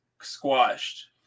squashed